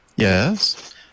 Yes